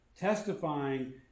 testifying